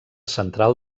central